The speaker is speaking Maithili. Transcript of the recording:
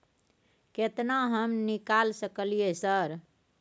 केतना हम निकाल सकलियै सर?